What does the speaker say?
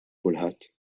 kulħadd